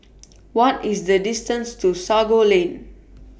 What IS The distance to Sago Lane